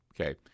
okay